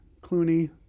Clooney